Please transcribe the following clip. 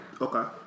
Okay